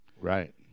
Right